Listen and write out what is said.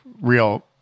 real